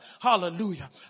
hallelujah